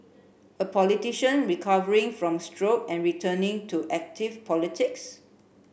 a politician recovering from stroke and returning to active politics